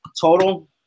Total